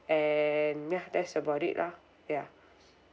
and ya that's about it loh ya